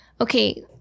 Okay